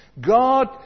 God